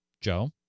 Joe